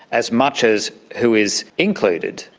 as much as who is included,